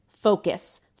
focus